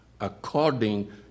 according